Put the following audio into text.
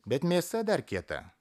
bet mėsa dar kieta